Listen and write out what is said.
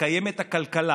לקיים את הכלכלה,